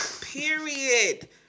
Period